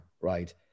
right